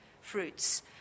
fruits